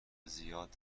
زیاد